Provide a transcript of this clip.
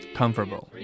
comfortable